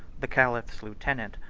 the caliph's lieutenant,